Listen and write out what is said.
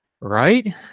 right